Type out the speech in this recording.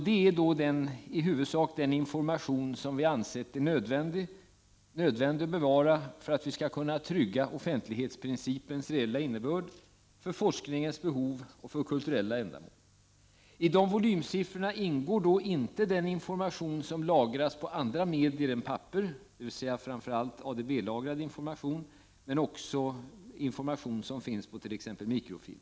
Det motsvarar i huvudsak den information som vi ansett vara nödvändig att bevara för att vi skall kunna trygga offentlighetsprincipens reella innebörd, för forskningens behov och för kulturella ändamål. I de volymsiffrorna ingår inte den information som lagras på andra medier än papper, dvs. framför allt ADB-lagrad information men också information som finns på t.ex. mikrofilm.